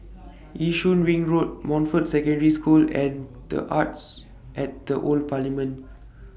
Yishun Ring Road Montfort Secondary School and The Arts At The Old Parliament